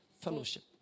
Fellowship